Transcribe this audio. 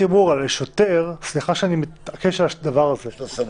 סליחה שאני מתעקש על הדבר הזה,